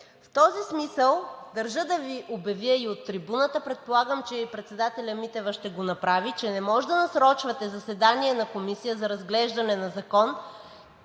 В този смисъл държа да обявя от трибуната, предполагам, че и председателят Митева ще го направи – че не може да насрочвате заседание на комисия за разглеждане на закон…